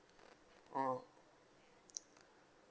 oh